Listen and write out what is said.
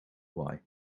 why